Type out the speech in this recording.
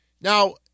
Now